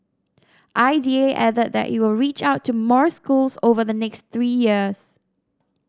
I D A added that it will reach out to more schools over the next three years